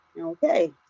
Okay